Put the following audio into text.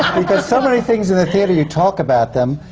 because so many things in the theatre, you talk about them,